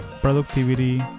productivity